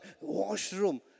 washroom